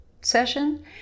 session